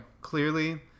clearly